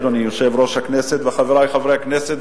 אדוני יושב-ראש הכנסת וחברי חברי הכנסת,